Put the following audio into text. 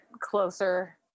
closer